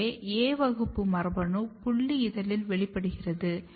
எனவே A வகுப்பு மரபணு புல்லி இதழில் வெளிப்படுகிறது